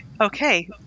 okay